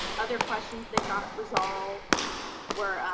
other questions they got resolved were,